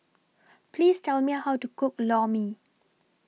Please Tell Me How to Cook Lor Mee